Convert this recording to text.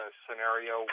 scenario